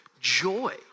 joy